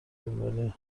دنبال